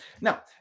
Now